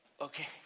Okay